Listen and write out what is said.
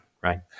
right